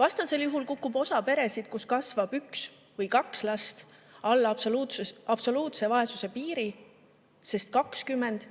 Vastasel juhul kukub osa peresid, kus kasvab üks või kaks last, alla absoluutse vaesuse piiri, sest 20